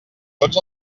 tots